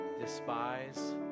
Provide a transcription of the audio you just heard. despise